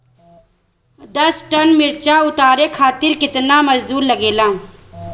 दस टन मिर्च उतारे खातीर केतना मजदुर लागेला?